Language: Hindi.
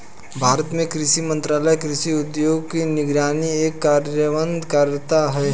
भारत में कृषि मंत्रालय कृषि उद्योगों की निगरानी एवं कार्यान्वयन करता है